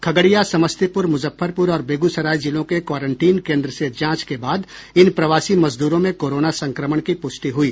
खगडिया समस्तीपुर मुजफ्फरपुर और बेगुसराय जिलों के क्वारंटीन केंद्र से जांच के बाद इन प्रवासी मजदूरों में कोरोना संक्रमण की पुष्टि हुई